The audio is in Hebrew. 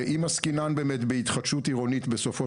ואם עסקינן באמת בהתחדשות עירונית בסופו